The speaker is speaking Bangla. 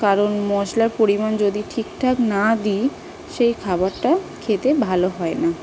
কারণ মশলার পরিমাণ যদি ঠিকঠাক না দিই সেই খাবারটা খেতে ভালো হয় না